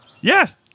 Yes